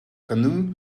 canoe